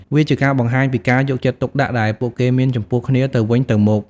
វាជាការបង្ហាញពីការយកចិត្តទុកដាក់ដែលពួកគេមានចំពោះគ្នាទៅវិញទៅមក។